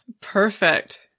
perfect